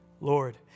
Lord